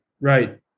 right